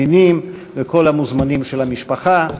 הנינים וכל המוזמנים של המשפחה,